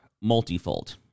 multifold